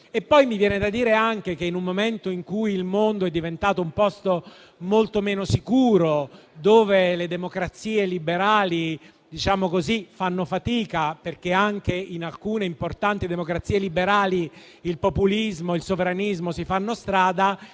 Poi mi viene da dire anche che, in un momento in cui il mondo è diventato un posto molto meno sicuro, in cui le democrazie liberali fanno fatica, perché anche in alcune importanti democrazie liberali il populismo e il sovranismo si fanno strada,